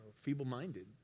feeble-minded